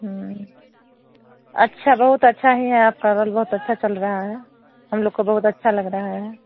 अच्छा बहुत अच्छा ही है आपका रोल बहुत अच्छा चल रहा है हम लोग को बहुत अच्छा लग रहा है